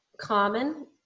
common